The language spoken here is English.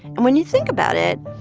and when you think about it,